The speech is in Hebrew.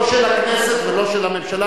לא של הכנסת ולא של הממשלה,